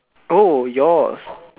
oh yours